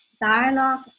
dialogue